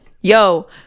yo